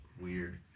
weird